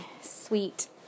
sweet